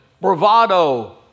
bravado